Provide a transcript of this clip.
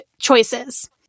choices